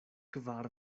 kvar